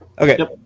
Okay